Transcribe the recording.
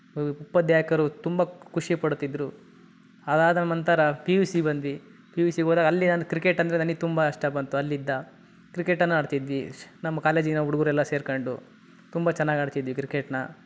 ಉಪಧ್ಯಾಯರು ತುಂಬ ಖುಷಿಪಡ್ತಿದ್ದರು ಅದಾದ ನಂತರ ಪಿ ಯು ಸಿ ಬಂದ್ವಿ ಪಿ ಯು ಸಿ ಹೋದಾಗ ಅಲ್ಲಿ ನಾನು ಕ್ರಿಕೆಟ್ ಅಂದರೆ ನನಗೆ ತುಂಬ ಇಷ್ಟ ಬಂತು ಅಲ್ಲಿಂದ ಕ್ರಿಕೆಟನ್ನು ಆಡ್ತಿದ್ವಿ ಶ್ ನಮ್ಮ ಕಾಲೇಜಿನ ಹುಡುಗರೆಲ್ಲ ಸೇರ್ಕೊಂಡು ತುಂಬ ಚೆನ್ನಾಗಿ ಆಡ್ತಿದ್ವಿ ಕ್ರಿಕೆಟ್ನ